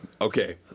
okay